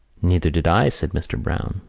neither did i, said mr. browne.